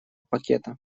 пакета